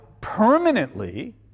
permanently